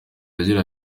agira